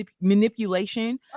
manipulation